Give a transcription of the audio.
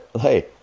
hey